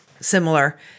similar